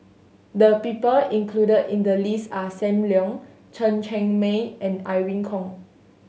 the people included in the list are Sam Leong Chen Cheng Mei and Irene Khong